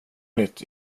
nytt